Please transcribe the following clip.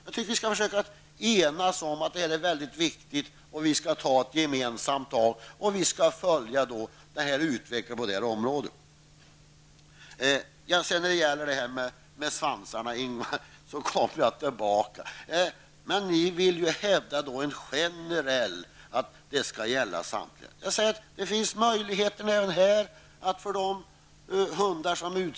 Vi borde försöka enas om att detta är mycket viktigt och gemensamt följa utvecklingen på detta område. Jag skall komma tillbaka till frågan om svanskuperingen, Ingvar Eriksson. Ni vill hävda en generell möjlighet att kupera på valpstadiet samtliga hundar.